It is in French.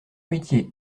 métier